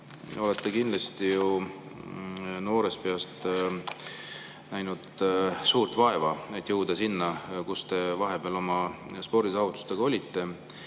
olete kindlasti noorest peast näinud suurt vaeva, et jõuda sinna, kus te vahepeal oma spordisaavutustega olite.